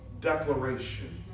declaration